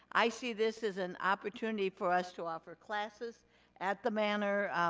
i see this as an opportunity for us to offer classes at the manor.